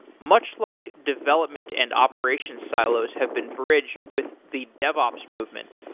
much like development and operation silos have been bridged with the devops movement.